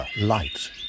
light